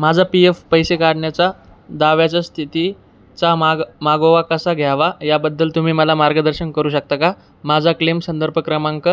माझा P F पैसे काढण्याचा दाव्याच्या स्थितीचा माग मागोवा कसा घ्यावा याबद्दल तुम्ही मला मार्गदर्शन करू शकता का माझा क्लेम संदर्भ क्रमांक